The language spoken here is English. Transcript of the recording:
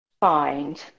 find